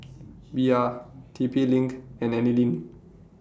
Bia T P LINK and Anlene